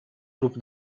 групп